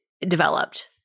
developed